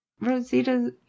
Rosita